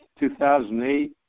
2008